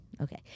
Okay